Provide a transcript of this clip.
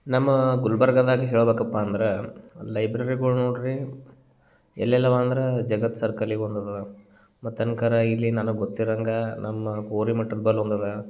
ನಮ್ಮ ಗುಲ್ಬರ್ಗದಾಗ ಹೇಳಬೇಕಪ್ಪ ಅಂದರೆ ಲೈಬ್ರೆರಿಗಳು ನೋಡಿರಿ ಎಲ್ಲೆಲ್ಲವೆ ಅಂದರೆ ಜಗತ್ ಸರ್ಕಲಿಗೆ ಒಂದು ಅದ ಮತ್ತು ಅನ್ಕರ ಇಲ್ಲಿ ನನಗೆ ಗೊತ್ತಿರೋಂಗೆ ನಮ್ಮ ಹೋರಿಮಠದ ಬಳ್ ಒಂದದ